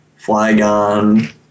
Flygon